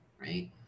right